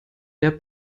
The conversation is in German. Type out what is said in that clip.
der